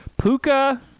Puka